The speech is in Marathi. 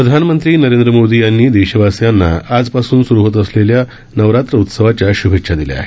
प्रधानमंत्री नरेन्द्र मोदी यांनी देशवासियांना आजपासून सुरू होत असलेल्या नवरात्रौत्सवाच्या शुभेच्छा दिल्या आहेत